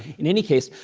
in any case,